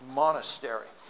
monastery